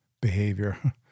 behavior